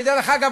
שדרך אגב,